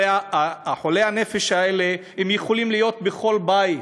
הרי חולי הנפש האלה יכולים להיות בכל בית,